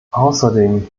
außerdem